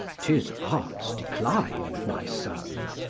tis art's decline, my son!